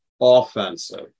offensive